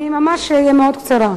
אני ממש אהיה מאוד קצרה.